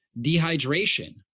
Dehydration